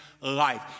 life